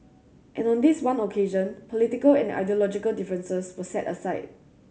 and on this one occasion political and ideological differences were set aside